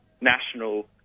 National